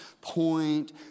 point